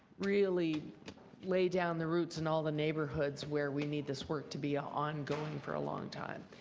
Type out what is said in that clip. really lay down the roads in all the neighborhoods where we need this work to be ah ongoing for a long time?